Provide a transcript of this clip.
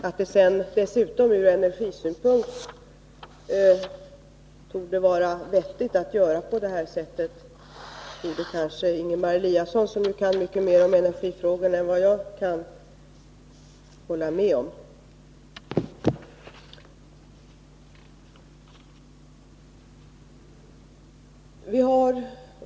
Att det ur energisynpunkt dessutom torde vara vettigt att göra på det sättet, borde Ingemar Eliasson — han vet mycket mera om energifrågor än jag — kunna hålla med om.